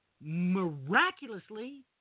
miraculously